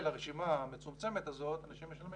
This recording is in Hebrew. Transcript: לרשימה המצומצמת הזאת אנשים משלמים.